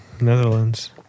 Netherlands